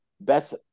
best